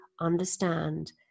understand